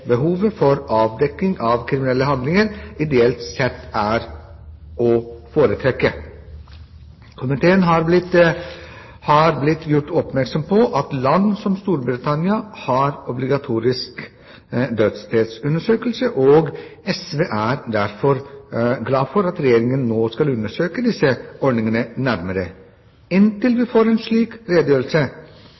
behovet for avdekking av kriminelle handlinger, ideelt sett er å foretrekke. Komiteen er blitt gjort oppmerksom på at land som Storbritannia har obligatorisk dødsstedsundersøkelse, og SV er derfor glad for at Regjeringen nå skal undersøke disse ordningene nærmere. Inntil vi får en slik redegjørelse,